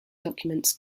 documents